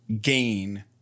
gain